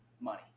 money